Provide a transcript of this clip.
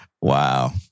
Wow